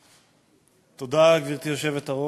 תודה, גברתי היושבת-ראש.